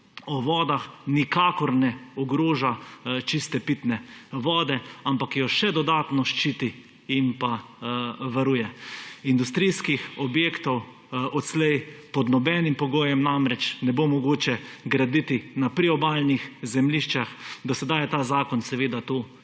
o vodah nikakor ne ogroža čiste pitne vode, ampak jo še dodatno ščiti in pa varuje. Industrijskih objektov odslej pod nobenim pogojem namreč ne bo mogoče graditi na priobalnih zemljiščih. Do sedaj je ta zakon seveda to